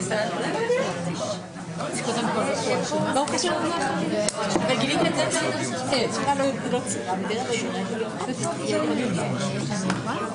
לא היה לי ספק שלא תתחבר אליה אבל רציתי להביא את זה לדיון בכל מקרה.